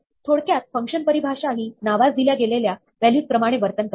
थोडक्यात फंक्शन परिभाषा ही नावास दिल्या गेलेल्या व्हॅल्यूज प्रमाणे वर्तन करते